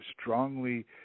strongly